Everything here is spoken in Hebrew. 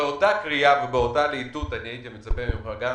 באותה להיטות הייתי מצפה ממך גם,